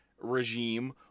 regime